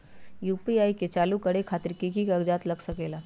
UPI के चालु करे खातीर कि की कागज़ात लग सकेला?